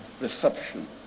reception